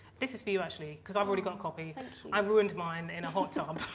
this is for you actually cuz i've already got a copy and i've ruined mine and but um